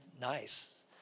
nice